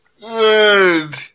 Good